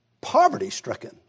poverty-stricken